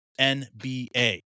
NBA